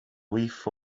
whiff